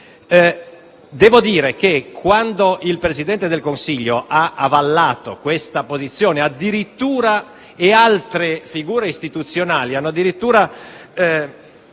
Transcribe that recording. momento che il Presidente del Consiglio ha avallato questa posizione e altre figure istituzionali hanno addirittura